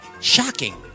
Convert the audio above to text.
Shocking